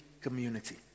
community